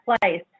place